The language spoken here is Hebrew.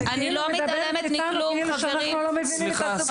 את מדברת איתנו כאילו אנחנו לא מבינים את הסוגיה.